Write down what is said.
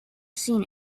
seen